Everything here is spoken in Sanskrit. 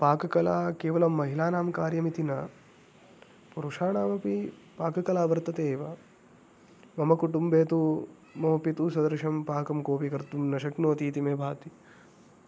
पाककला केवलं महिलानां कार्यमिति न पुरुषाणामपि पाककला वर्तते एव मम कुटुम्बे तु मम पितुः सदृशं पाकं कोपि कर्तुं न शक्नोति इति मे भाति